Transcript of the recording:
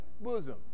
bosom